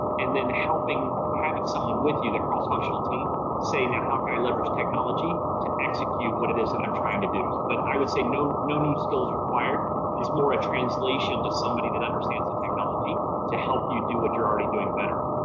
and then helping having someone with you that cross-functional team say now how can i leverage technology to execute what it is that i'm trying to do? but i would say no, no new skills required is more a translation to somebody that understands the technology to help you do what you're already doing better.